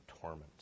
torment